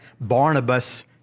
Barnabas